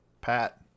Pat